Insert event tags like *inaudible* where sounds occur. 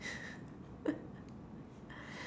*laughs*